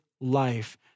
life